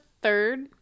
third